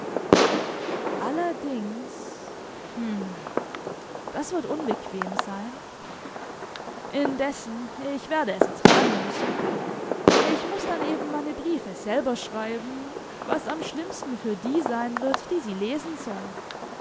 allerdings hm das wird unbequem sein indessen ich werde es ertragen müssen ich muß dann eben meine briefe selber schreiben was am schlimmsten für die sein wird die sie lesen sollen